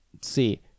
see